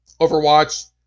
Overwatch